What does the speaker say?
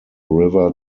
river